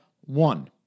one